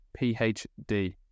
PhD